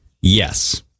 Yes